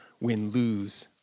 win-lose